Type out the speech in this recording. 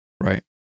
Right